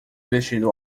vestindo